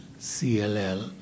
CLL